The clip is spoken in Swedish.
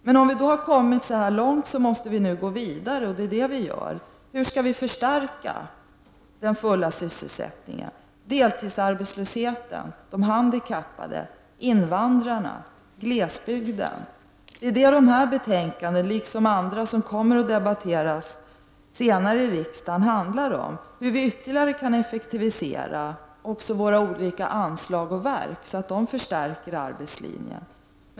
Även om vi har kommit så här långt, måste vi gå vidare, och det gör vi. Hur skall vi förstärka den fulla sysselsättningen när det gäller deltidsarbetslösheten, de handikappade, invandrarna och människor i glesbygden? Det är detta som det här betänkandet, liksom andra betänkanden som senare kommer att debatteras i riksdagen, handlar om. Det handlar om hur vi ytterligare skall kunna effektivisera också våra olika anslag och verk, så att de förstärker arbetslinjen.